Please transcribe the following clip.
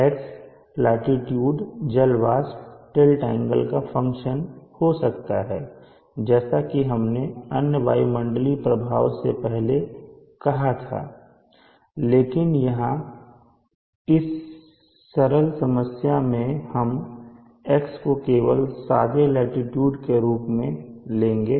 x latitude जल वाष्प tilt angle का फंक्शन हो सकता है जैसा कि हमने अन्य वायुमंडलीय प्रभाव से पहले कहा था लेकिन यहां इस सरल समस्या में हम x को केवल सादे लाटीट्यूड के रूप में लेंगे